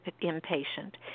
impatient